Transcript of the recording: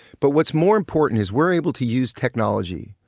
but what's more important is we're able to use technology,